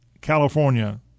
California